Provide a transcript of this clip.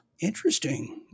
Interesting